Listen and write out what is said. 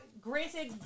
Granted